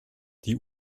die